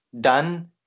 done